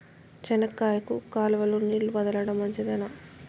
చెనక్కాయకు కాలువలో నీళ్లు వదలడం మంచిదేనా?